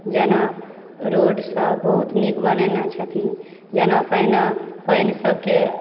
जेना रोडसभ बहुत नीक बनयने छथिन जेना पहिने पानि सभके